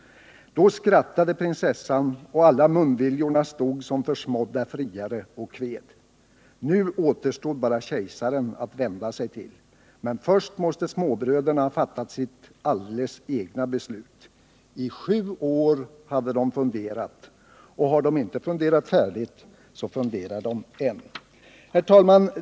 Då skrattade Prinsessan och alla Munviljorna stod som försmådda friare och kved. Nu återstod bara Kejsaren att vända sig till. Men först måste småbröderna ha fattat sitt alldeles egna beslut. I sju år har de funderat. Och har de inte funderat färdigt så funderar de än.” Herr talman!